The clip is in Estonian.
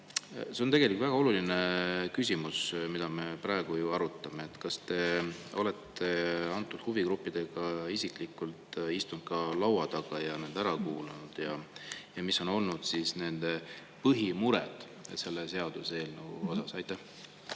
See on tegelikult väga oluline küsimus, mida me praegu arutame. Öelge palun, kas te olete huvigruppidega isiklikult istunud laua taga ja nad ära kuulanud. Mis on olnud nende põhimured selle seaduseelnõu juures? Aitäh,